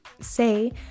say